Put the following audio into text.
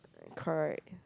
correct